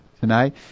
tonight